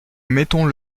mettons